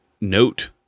note